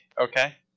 okay